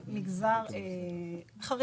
את המגזר החרדי,